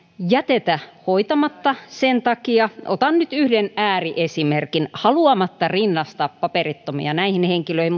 jätetä hoitamatta sen takia otan nyt yhden ääriesimerkin haluamatta rinnastaa paperittomia näihin henkilöihin